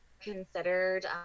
considered